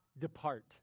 depart